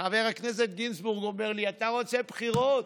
חבר הכנסת גינזבורג אומר לי: אתה רוצה בחירות,